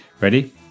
Ready